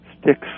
sticks